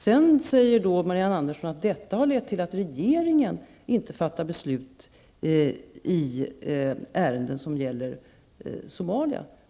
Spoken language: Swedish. Sedan säger Marianne Andersson att detta har lett till att regeringen inte fattar beslut i ärenden som gäller Somalia.